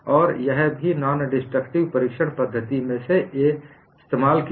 और यह भी नान डिस्ट्रक्टिव परीक्षण पद्धति में से एक में इस्तेमाल किया